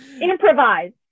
Improvise